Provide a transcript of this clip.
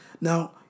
Now